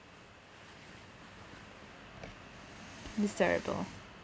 it's terrible